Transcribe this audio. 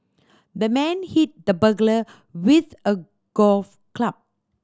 the man hit the burglar with a golf club